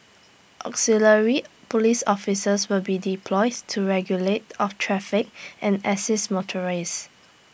auxiliary Police officers will be deployed to regulate of traffic and assist motorists